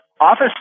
Office